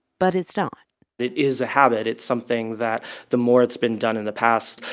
but it's not it is a habit. it's something that the more it's been done in the past,